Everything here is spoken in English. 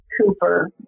Cooper